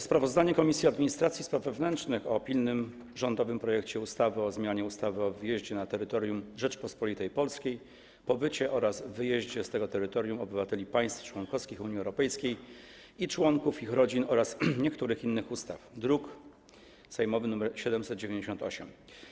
Sprawozdanie Komisji Administracji i Spraw Wewnętrznych o pilnym rządowym projekcie ustawy o zmianie ustawy o wjeździe na terytorium Rzeczypospolitej Polskiej, pobycie oraz wyjeździe z tego terytorium obywateli państw członkowskich Unii Europejskiej i członków ich rodzin oraz niektórych innych ustaw, druk sejmowy nr 798.